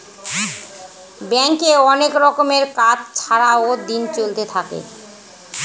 ব্যাঙ্কে অনেক রকমের কাজ ছাড়াও দিন চলতে থাকে